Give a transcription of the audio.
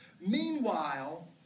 Meanwhile